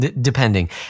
depending